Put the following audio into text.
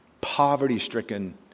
poverty-stricken